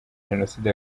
jenoside